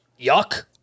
Yuck